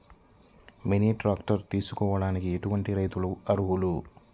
Mini tractor తీసుకోవడానికి ఎటువంటి రైతులకి అర్హులు?